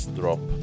drop